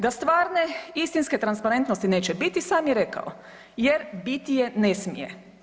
Da stvarne istinske transparentnosti neće biti sam je rekao jer biti je ne smije.